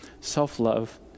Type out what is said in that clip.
self-love